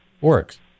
works